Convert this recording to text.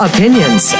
opinions